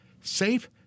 Safe